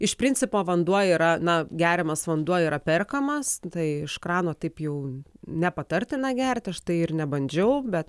iš principo vanduo yra na geriamas vanduo yra perkamas iš krano taip jau nepatartina gerti aš tai ir nebandžiau bet